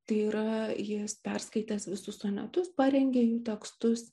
tai yra jis perskaitęs visus sonetus parengė jų tekstus